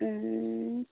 ہوں